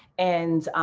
and